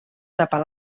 tapar